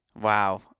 wow